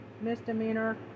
misdemeanor